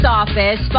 office